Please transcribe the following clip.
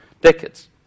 decades